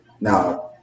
Now